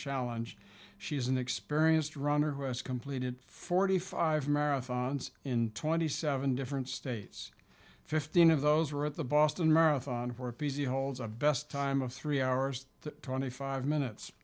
challenge she's an experienced runner who has completed forty five marathons in twenty seven different states fifteen of those are at the boston marathon for p z holds a best time of three hours twenty five minutes